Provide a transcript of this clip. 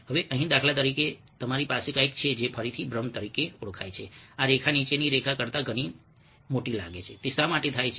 હવે અહીં દાખલા તરીકે તમારી પાસે કંઈક છે જે ફરીથી ભ્રમ તરીકે ઓળખાય છે આ રેખા નીચેની રેખા કરતા ઘણી મોટી લાગે છે તે શા માટે થાય છે